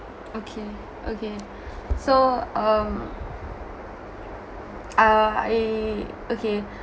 okay okay so um uh I okay